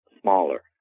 smaller